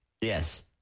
Yes